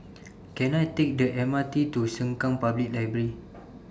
Can I Take The M R T to Sengkang Public Library